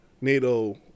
NATO